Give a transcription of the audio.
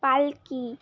পাল্কি